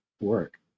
work